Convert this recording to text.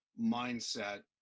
mindset